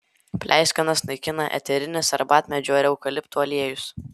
pleiskanas naikina eterinis arbatmedžių ar eukaliptų aliejus